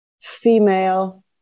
female